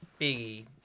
Biggie